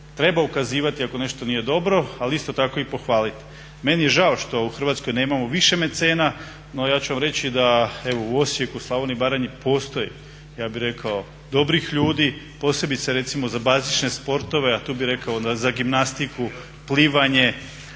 Treba ukazivati ako nešto nije dobro, ali isto tako i pohvaliti. Meni je žao što u Hrvatskoj nemamo više mecena no ja ću vam reći da evo u Osijeku, Slavoniji i Baranji postoji ja bih rekao dobrih ljudi posebice recimo za bazične sportove, a tu bih rekao onda za gimnastiku, plivanje